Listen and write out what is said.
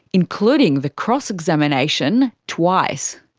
including the cross-examination, twice.